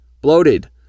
bloated